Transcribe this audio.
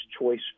choice